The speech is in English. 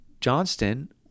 Johnston